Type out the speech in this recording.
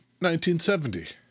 1970